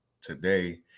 today